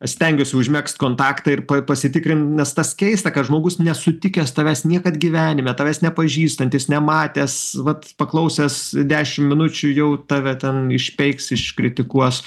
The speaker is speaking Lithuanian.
stengiuosi užmegzt kontaktą ir pa pasitikrint nes tas keista kad žmogus nesutikęs tavęs niekad gyvenime tavęs nepažįstantis nematęs vat paklausęs dešim minučių jau tave ten išpeiks iškritikuos